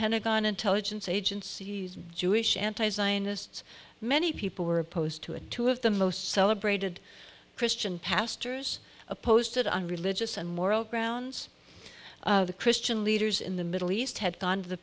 pentagon intelligence agencies jewish antis zionists many people were opposed to a two of the most celebrated christian pastors opposed it on religious and moral grounds the christian leaders in the middle east had gone to